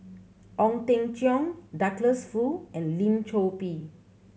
Ong Teng Cheong Douglas Foo and Lim Chor Pee